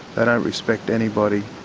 and respect anybody.